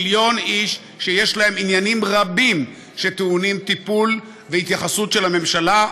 מיליון איש שיש להם עניינים רבים שטעונים טיפול והתייחסות של הממשלה,